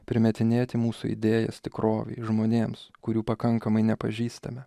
primetinėti mūsų idėjas tikrovei žmonėms kurių pakankamai nepažįstame